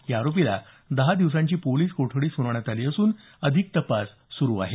या आरोपीला दहा दिवसांची पोलीस कोठडी सुनावण्यात आली असुन अधिक तपास सुरू आहे